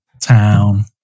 town